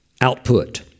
output